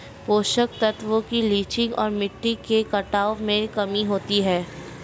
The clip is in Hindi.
पोषक तत्वों की लीचिंग और मिट्टी के कटाव में कमी होती है